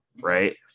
right